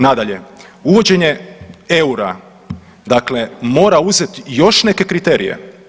Nadalje, uvođenje EUR-a dakle mora uzet još neke kriterije.